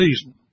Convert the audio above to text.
season